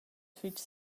fich